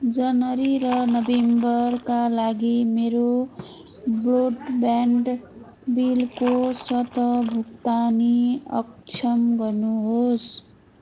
जनवरी र नोभेम्बरका लागि मेरो ब्रडब्यान्ड बिलको स्वत भुक्तानी अक्षम गर्नुहोस्